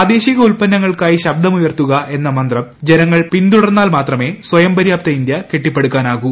പ്രാദേശിക ഉത്പന്നങ്ങൾക്കായി ശ്ബ്ദമുയർത്തുക എന്ന മന്ത്രം ജനങ്ങൾ പിന്തുടർന്നാൽ മാത്രമേ സൃഷ്ടം പര്യാപ്ത ഇന്ത്യ കെട്ടിപ്പടുക്കാനാകൂ